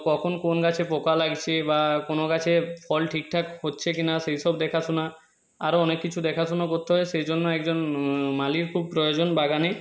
কখন কোন গাছে পোকা লাগছে বা কোনো গাছে ফল ঠিকঠাক হচ্ছে কি না সেই সব দেখাশোনা আরও অনেক কিছু দেখাশুনো করতে হয় সেই জন্য একজন মালির খুব প্রয়োজন বাগানে